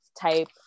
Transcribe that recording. type